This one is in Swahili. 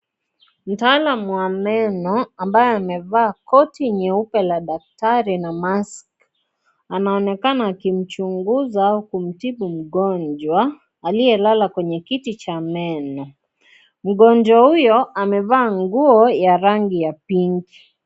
Mtaalam wa meno ambaye amevaa koti nyeupe la daktari na maski anaonekana akimchunguza au kutibu mgonjwa aliyelala kwenye kiti cha meno. Mgonjwa huyo amevaa nguo ya rangi ya pinki.